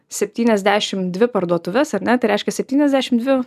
septyniasdešimt dvi parduotuves ar ne tai reiškia septyniasdešimt dvi